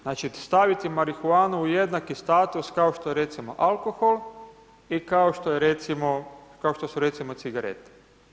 Znači, staviti marihuanu u jednaki status kao što je recimo alkohol i kao što su recimo cigarete.